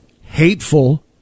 Hateful